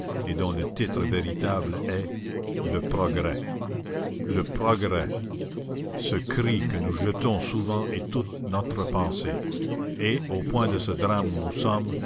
et dont le titre véritable est le progrès le progrès ce cri que nous jetons souvent est toute notre pensée et au point de ce drame où nous sommes